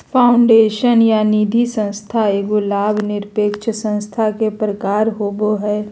foundation या निधिसंस्था एगो लाभ निरपेक्ष संस्था के प्रकार होवो हय